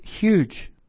huge